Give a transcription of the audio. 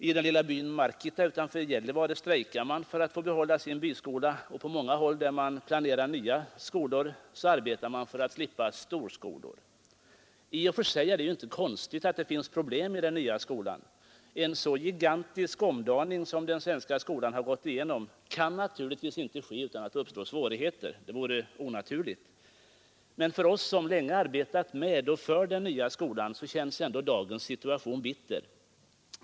I den lilla byn Markitta utanför Gävle strejkar man för att få behålla sin byskola, och på många håll där nya skolor planeras arbetar man för att slippa storskolor. I och för sig är det inte konstigt att det finns problem i skolan. En så gigantisk omdaning som den svenska skolan gått igenom kan naturligtvis inte ske utan att det uppstår svårigheter. Det vore onaturligt annars. Men för oss som länge arbetat med och för skolreformerna känns ändå dagens situation bitter.